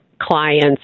clients